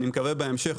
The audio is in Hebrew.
אני מקווה.